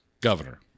governor